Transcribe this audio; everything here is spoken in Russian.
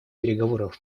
переговоров